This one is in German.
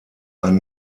ein